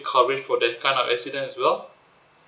coverage for that kind of accident as well